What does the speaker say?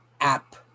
app